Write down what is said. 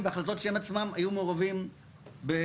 והחלטות שהן עצמם היו מעורבים בקבלתן,